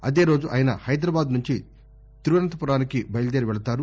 అదేరోజు ఆయన హైదరాబాద్ నుంచి తిరువనంతపురానికి బయల్దేరి వెళ్తారు